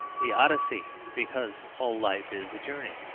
the odyssey because all life is a journey,